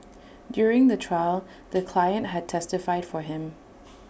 during the trial the client had testified for him